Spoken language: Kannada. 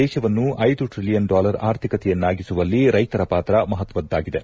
ದೇಶವನ್ನು ಐದು ಟ್ರಲಿಯನ್ ಡಾಲರ್ ಆರ್ಥಿಕತೆಯನ್ನಾಗಿಸುವಲ್ಲಿ ರೈತರ ಪಾತ್ರ ಮಹತ್ವದ್ದಾಗಿದೆ